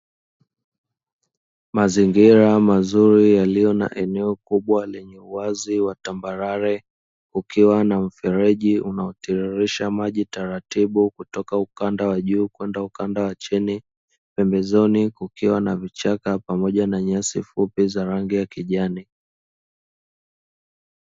Mazingira mazuri yaliyo na eneo kubwa lenye uwazi wa tambarare, ukiwa na mfereji unaotiririsha maji taratibu kutoka ukanda wa juu kwenda ukanda wa chini, pembezoni kukiwa na vichaka pamoja na nyasi fupi za rangi ya kijani.